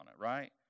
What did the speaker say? right